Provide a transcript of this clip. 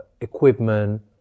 equipment